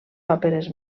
òperes